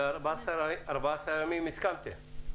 ל-14 ימים הסכמתם?